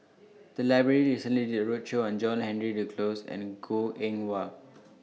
The Library recently did A roadshow on John Henry Duclos and Goh Eng Wah